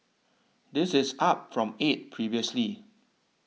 this is up from eight previously